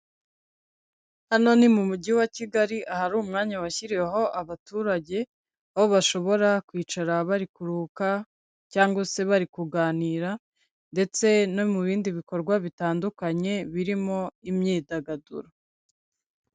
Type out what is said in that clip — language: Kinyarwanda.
Hano ni mu mujyi wa Kigali, ahari umwanya washyiriweho abaturage, aho bashobora kwicara bari kuruhuka, cyangwa se bari kuganira, ndetse no mu bindi bikorwa bitandukanye birimo imyidagaduro.